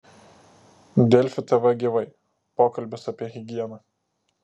delfi tv gyvai pokalbis apie higieną